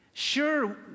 Sure